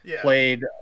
played